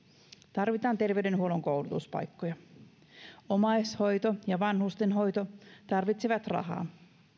tarvitaan terveydenhuollon koulutuspaikkoja omaishoito ja vanhustenhoito tarvitsevat rahaa